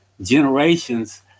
generations